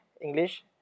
English